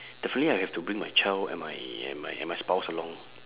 definitely I have to bring my child and my and my and my spouse along